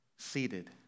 seated